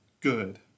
good